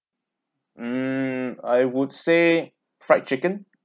mm I would say fried chicken